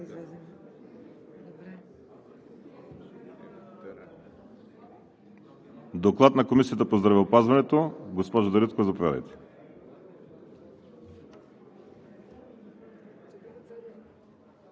Доклад на Комисията по здравеопазването – госпожо Дариткова, заповядайте.